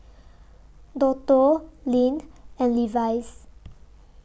Dodo Lindt and Levi's